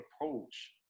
approach